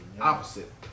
opposite